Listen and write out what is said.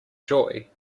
joy